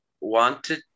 wanted